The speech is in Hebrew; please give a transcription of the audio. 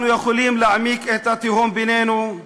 אנחנו יכולים להעמיק את התהום בינינו,